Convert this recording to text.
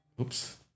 oops